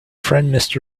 friend